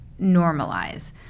normalize